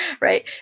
right